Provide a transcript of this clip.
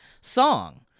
song